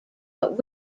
but